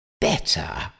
Better